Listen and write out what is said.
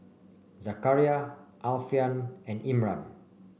Zakaria Alfian and Imran